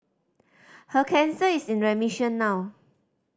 her cancer is in remission now